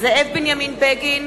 זאב בנימין בגין,